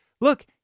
look